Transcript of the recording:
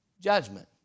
Judgment